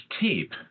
tape